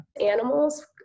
Animals